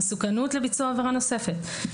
המסוכנות לביצוע עבירה נוספת.